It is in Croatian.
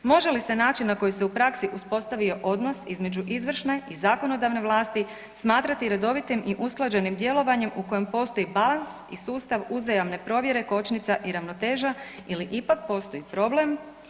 Može li se način na koji se u praksi uspostavio odnos između izvršne i zakonodavne vlasti smatrati redovitim i usklađenim djelovanjem u kojem postoji balans i sustav uzajamne provjere kočnica i ravnoteža ili ipak postoji problem?